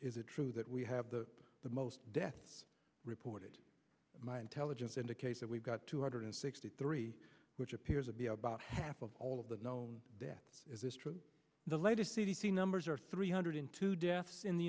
is it true that we have the the most deaths reported my intelligence indicates that we've got two hundred sixty three which appears to be about half of all of the known death is this true the latest c d c numbers are three hundred in two deaths in the